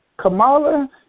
Kamala